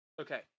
Okay